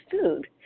food